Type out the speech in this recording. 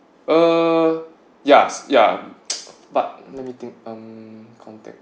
uh ya ya but let me think um contact